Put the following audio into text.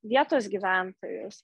vietos gyventojus